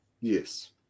Yes